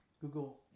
Google